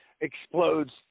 explodes